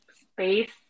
space